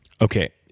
Okay